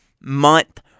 month